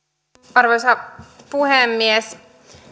arvoisa puhemies